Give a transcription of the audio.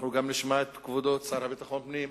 אנחנו גם נשמע את כבודו, השר לביטחון פנים,